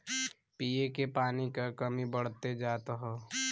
पिए के पानी क कमी बढ़्ते जात हौ